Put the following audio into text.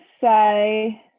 say